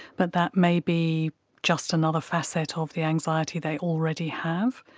but that may be just another facet ah of the anxiety they already have.